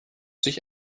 sich